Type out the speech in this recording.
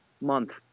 month